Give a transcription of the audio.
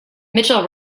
mitchell